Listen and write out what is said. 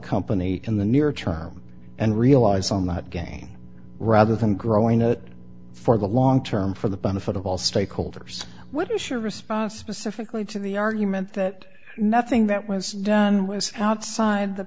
company in the near term and realize on that gain rather than growing it for the long term for the benefit of all stakeholders what is your response specifically to the argument that nothing that was done was outside the